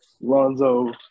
Lonzo